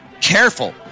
careful